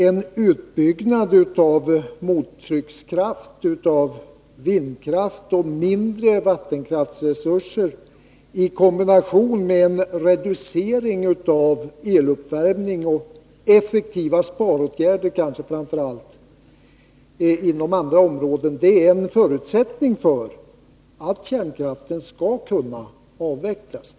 En utbyggnad av mottryckskraft och vindkraft samt mindre vattenkraftsresurser, i kombination med en reducering av eluppvärmningen och kanske framför allt effektiva sparåtgärder inom andra områden, är en förutsättning för att kärnkraften skall kunna avvecklas.